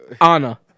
Anna